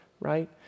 Right